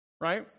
right